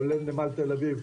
כולל נמל תל אביב,